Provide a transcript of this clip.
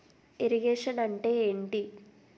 Irrigation అంటే ఏంటీ?